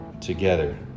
together